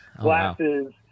Glasses